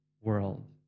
world